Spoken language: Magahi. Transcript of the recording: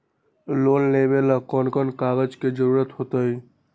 लोन लेवेला कौन कौन कागज के जरूरत होतई?